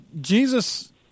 Jesus